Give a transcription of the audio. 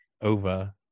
over